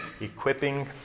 equipping